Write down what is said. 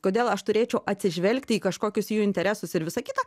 kodėl aš turėčiau atsižvelgti į kažkokius jų interesus ir visa kita